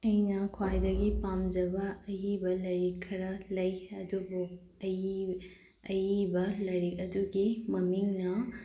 ꯑꯩꯅ ꯈ꯭ꯋꯥꯏꯗꯒꯤ ꯄꯥꯝꯖꯕ ꯑꯏꯕ ꯂꯥꯏꯔꯤꯛ ꯈꯔ ꯂꯩ ꯑꯗꯨꯕꯨ ꯑꯏꯕ ꯂꯥꯏꯔꯤꯛ ꯑꯗꯨꯒꯤ ꯃꯃꯤꯡꯅ